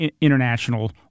international